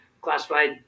classified